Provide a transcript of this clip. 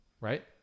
Right